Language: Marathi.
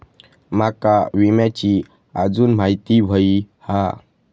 माका विम्याची आजून माहिती व्हयी हा?